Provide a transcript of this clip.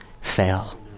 fail